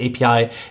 API